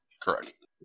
correct